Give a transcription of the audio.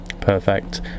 Perfect